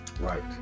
Right